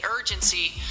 urgency